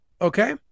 Okay